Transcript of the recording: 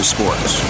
Sports